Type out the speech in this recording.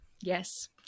Yes